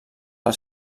els